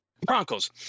Broncos